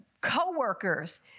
co-workers